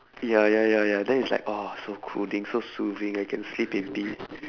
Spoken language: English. ya ya ya ya then it's like ah so cooling so soothing I can sleep in peace